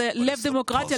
זה לב דמוקרטי,